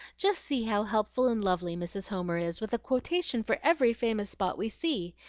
just see how helpful and lovely mrs. homer is, with a quotation for every famous spot we see.